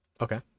Okay